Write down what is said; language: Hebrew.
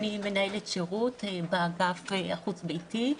אני מנהלת שירות באגף החוץ ביתי.